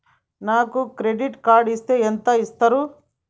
నాకు credit card ఇస్తే ఎంత ఇస్తరు?